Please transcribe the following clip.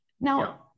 Now